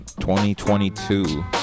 2022